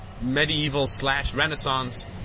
medieval-slash-Renaissance